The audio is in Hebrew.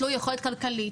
תלוי יכולת כלכלית.